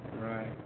Right